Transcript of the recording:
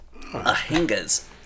Ahingas